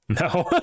No